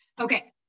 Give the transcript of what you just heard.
Okay